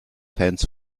fans